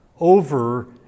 over